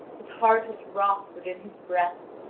his heart is wroth within his breast,